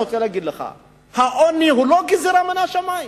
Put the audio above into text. אני רוצה להגיד לך שהעוני הוא לא גזירה מן השמים.